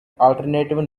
alternative